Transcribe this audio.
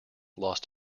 lost